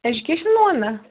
education loan ہا